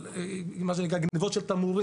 מבחינתנו.